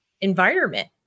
environment